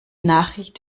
nachricht